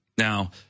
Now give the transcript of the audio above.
Now